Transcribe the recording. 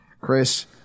Chris